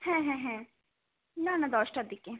হ্যাঁ হ্যাঁ হ্যাঁ না না দশটার দিকে